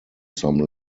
some